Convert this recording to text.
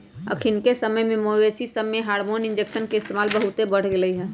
अखनिके समय में मवेशिय सभमें हार्मोन इंजेक्शन के इस्तेमाल बहुते बढ़ गेलइ ह